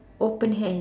open hand